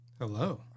Hello